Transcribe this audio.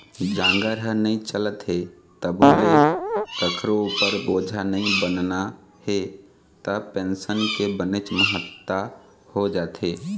जांगर ह नइ चलत हे तभो ले कखरो उपर बोझा नइ बनना हे त पेंसन के बनेच महत्ता हो जाथे